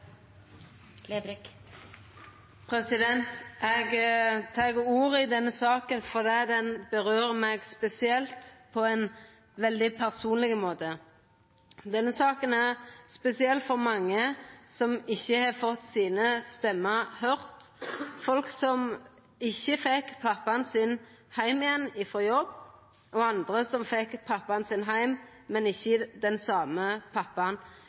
mange. Eg tek ordet i denne saka fordi ho rører ved meg spesielt, på ein veldig personleg måte. Denne saka er spesiell for mange som ikkje har fått sine stemmer høyrde, folk som ikkje fekk pappaen sin heim igjen frå jobb, og andre som fekk pappaen sin heim, men ikkje den same